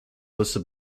listed